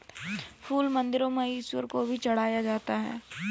फूल मंदिरों में ईश्वर को भी चढ़ाया जाता है